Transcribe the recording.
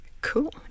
Cool